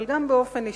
אבל גם באופן אישי,